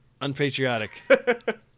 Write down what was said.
unpatriotic